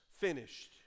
finished